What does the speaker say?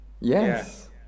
Yes